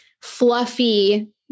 fluffy